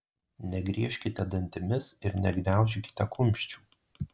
negriežkite dantimis ir negniaužykite kumščių